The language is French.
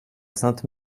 sainte